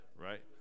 right